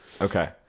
Okay